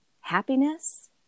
happiness